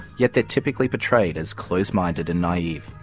yet they're typically portrayed as close-minded and naive,